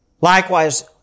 Likewise